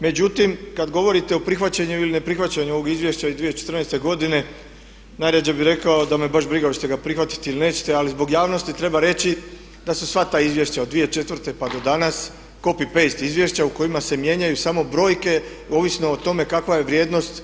Međutim, kad govorite o prihvaćanju ili neprihvaćanju ovog izvješća iz 2014. godine najrađe bi rekao da me baš briga hoćete li ga prihvatiti ili nećete, ali zbog javnosti treba reći da su sva ta izvješća od 2004. pa do danas copy paste izvješća u kojima se mijenjaju samo brojke ovisno o tome kakva je vrijednost